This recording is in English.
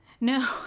No